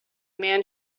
man